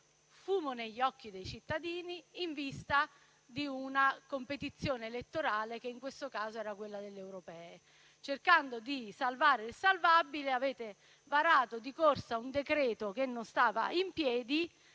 fumo negli occhi dei cittadini in vista di una competizione elettorale che in questo caso era quella delle europee. Cercando di salvare il salvabile, avete varato di corsa un decreto che non stava in piedi